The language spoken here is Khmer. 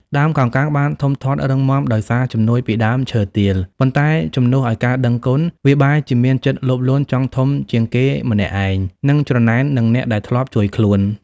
ដើមកោងកាងបានធំធាត់រឹងមាំដោយសារជំនួយពីដើមឈើទាល ប៉ុន្តែជំនួសឲ្យការដឹងគុណ វាបែរជាមានចិត្តលោភលន់ចង់ធំជាងគេម្នាក់ឯង និងច្រណែននឹងអ្នកដែលធ្លាប់ជួយខ្លួន។